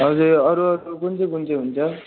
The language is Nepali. हजुर अरू अरू कुन चाहिँ कुन चाहिँ हुन्छ